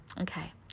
okay